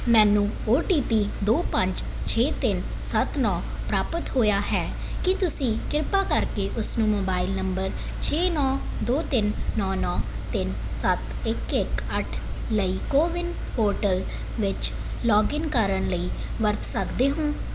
ਮੈਨੂੰ O T P ਦੋ ਪੰਜ ਛੇ ਤਿੰਨ ਸੱਤ ਨੌ ਪ੍ਰਾਪਤ ਹੋਇਆ ਹੈ ਕੀ ਤੁਸੀਂ ਕਿਰਪਾ ਕਰਕੇ ਉਸ ਨੂੰ ਮੋਬਾਈਲ ਨੰਬਰ ਛੇ ਨੌ ਦੋ ਤਿੰਨ ਨੌ ਨੌ ਤਿੰਨ ਸੱਤ ਇੱਕ ਇੱਕ ਅੱਠ ਲਈ ਕੋਵਿਨ ਪੋਰਟਲ ਵਿੱਚ ਲੌਗਇਨ ਕਰਨ ਲਈ ਵਰਤ ਸਕਦੇ ਹੋ